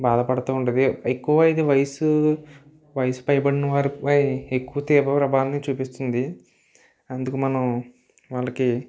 బాధపడుతు ఉంటుంది ఎక్కువగా ఇది వయసు వయసు పైబడిన వారికిపై ఎక్కువ తీవ్ర ప్రభావం చూపిస్తుంది అందుకు మనం వాళ్ళకి